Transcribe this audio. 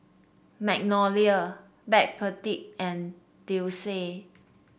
Magnolia Backpedic and Delsey